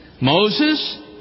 Moses